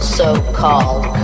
so-called